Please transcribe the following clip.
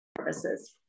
services